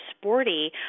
sporty